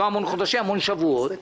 אנשים אומרים "לא" לתרופות,